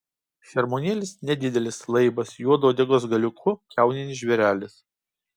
šermuonėlis nedidelis laibas juodu uodegos galiuku kiauninis žvėrelis